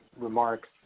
remarks